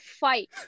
fight